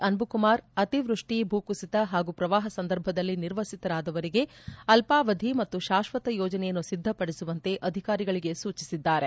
ಅನ್ಟುಕುಮಾರ್ ಅತಿವೃಡ್ಕಿ ಭೂ ಕುಸಿತ ಹಾಗೂ ಪ್ರವಾಹ ಸಂದರ್ಭದಲ್ಲಿ ನಿರ್ವಸಿತರಾದವರಿಗೆ ಅಲ್ವಾವಧಿಯ ಮತ್ತು ಶಾಶ್ವತ ಯೋಜನೆಯನ್ನು ಸಿದ್ದಪದಿಸುವಂತೆ ಅಧಿಕಾರಿಗಳಿಗೆ ಸೂಚಿಸಿದ್ದಾರೆ